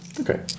Okay